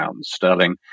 sterling